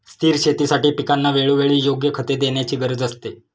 स्थिर शेतीसाठी पिकांना वेळोवेळी योग्य खते देण्याची गरज असते